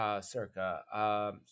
circa